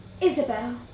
Isabel